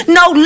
no